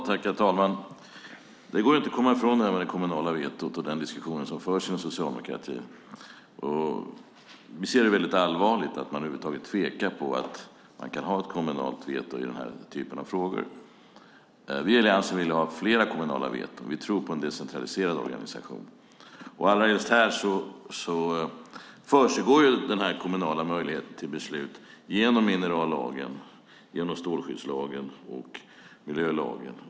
Herr talman! Det går inte att komma ifrån detta med det kommunala vetot och den diskussion som förs inom socialdemokratin. Vi ser det som väldigt allvarligt att man över huvud taget tvekar om att ha ett kommunalt veto i den här typen av frågor. Vi i Alliansen vill ha fler kommunala veton. Vi tror på en decentraliserad organisation. Allrahelst här finns den kommunala möjligheten till beslut genom minerallagen, strålskyddslagen och miljölagen.